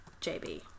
JB